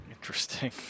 Interesting